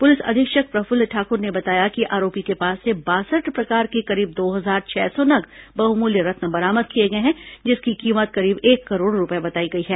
police अधीक्षक प्रफुल्ल ठाकुर ने बताया कि आरोपी को पास से बासठ प्रकार के करीब दो हजार छह सौ नग बहुमूल्य रत्न बरामद किए गए हैं जिसकी कीमत करीब एक करोड़ रूपये बताई गई है